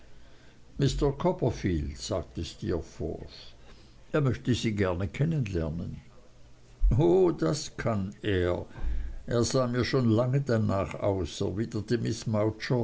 mr copperfield sagte steerforth er möchte sie gerne kennen lernen o das kann er er sah mir schon lang danach aus erwiderte